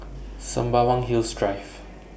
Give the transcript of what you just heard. Sembawang Hills Drive